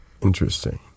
Interesting